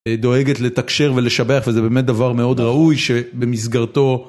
דואגת לתקשר ולשבח וזה באמת דבר מאוד ראוי שבמסגרתו